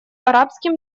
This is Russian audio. арабским